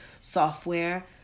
software